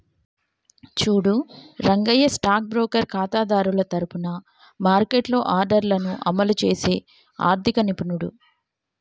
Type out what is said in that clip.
చూడు Rangayya stock broker ఖాతాదారుల తరఫున మార్కెట్లో ఆర్డర్లను అమలు చేసే ఆర్థిక నిపుణుడు